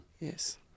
Yes